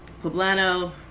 Poblano